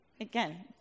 again